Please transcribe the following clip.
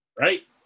Right